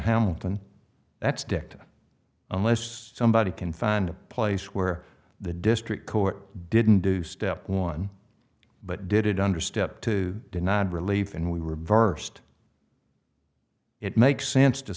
dicta unless somebody can find a place where the district court didn't do step one but did it under step two denied relief and we reversed it makes sense to